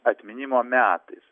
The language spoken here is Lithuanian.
atminimo metais